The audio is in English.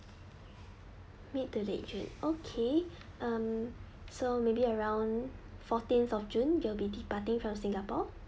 mid to late june okay um so maybe around fourteenth of june you'll be departing from singapore